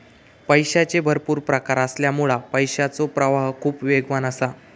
पैशाचे भरपुर प्रकार असल्यामुळा पैशाचो प्रवाह खूप वेगवान असा